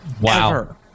Wow